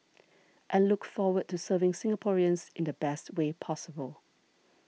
and look forward to serving Singaporeans in the best way possible